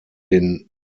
den